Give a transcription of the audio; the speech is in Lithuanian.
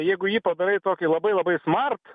jeigu jį padarai tokį labai labai smart